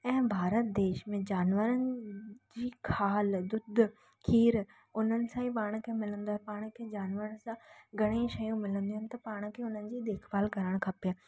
ऐं भारत देश में जानवरनि जी खाल दुग्ध खीरु उन्हनि सां ई पाण खे मिलंदो आहे पाण खे जानवरनि सां घणेई शयूं मिलंदियूं आहिनि त पाण खे उन्हनि जी देखभाल करणु खपे